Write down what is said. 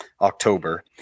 October